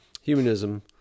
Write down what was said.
humanism